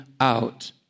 out